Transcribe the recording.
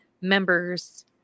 members